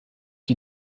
die